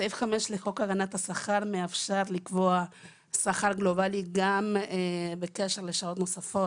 סעיף 5 לחוק הגנת השכר מאפשר לקבוע שכר גלובלי גם בקשר לשעות נוספת